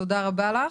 תודה רבה לך.